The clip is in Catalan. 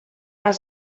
has